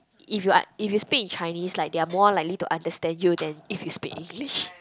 if you are if you speak in Chinese like they are more likely to understand you than if you speak English